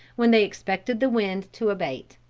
when they expected the wind to abate.